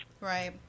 right